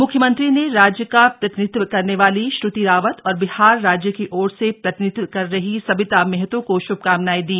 म्ख्यमंत्री ने राज्य का प्रतिनिधित्व करने वाली श्रृति रावत और बिहार राज्य की ओर से प्रतिनिधित्व कर रही सबिता मेहतो को श्भकामनाएं दी